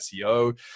SEO